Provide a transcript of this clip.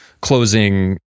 closing